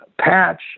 patch